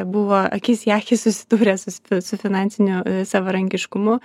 buvo akis į akį susidūręs su su finansiniu savarankiškumu